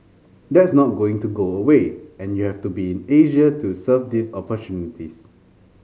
that's not going to go away and you have to be in Asia to serve these